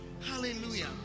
Hallelujah